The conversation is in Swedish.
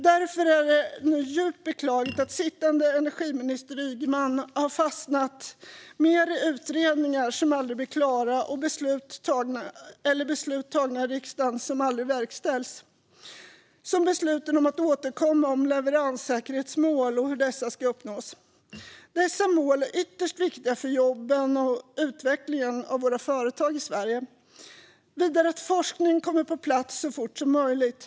Därför är det nu djupt beklagligt att sittande energiminister Ygeman har fastnat i utredningar som aldrig blir klara och beslut tagna i riksdagen som aldrig verkställs - som beslutet om att återkomma om leveranssäkerhetsmål och hur dessa ska uppnås. Dessa mål är ytterst viktiga för jobben och för utvecklingen av våra företag i Sverige. Vidare måste forskning komma på plats så fort som möjligt.